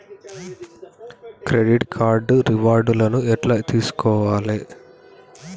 Credit card reward లను ఎట్ల తెలుసుకోవాలే?